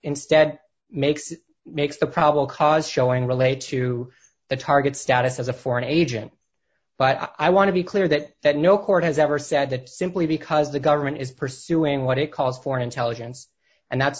d makes it makes the problem cause showing relate to the target status as a foreign agent but i want to be clear that that no court has ever said that simply because the government is pursuing what it calls foreign intelligence and